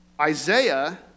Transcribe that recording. Isaiah